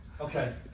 Okay